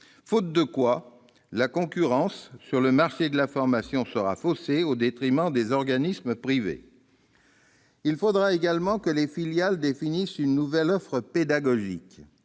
faute de quoi la concurrence sur le marché de la formation sera faussée au détriment des organismes privés. Il faudra également que les filiales définissent une nouvelle offre pédagogique,